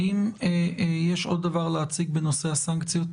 האם יש עוד דברים להציג בנושא הסנקציות?